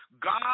God